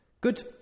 Good